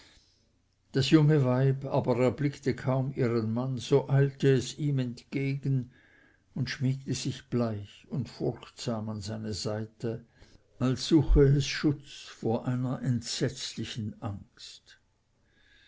das junge weib aber erblickte kaum ihren mann so eilte es ihm entgegen und schmiegte sich bleich und furchtsam an seine seite als suche es schutz vor einer entsetzlichen angst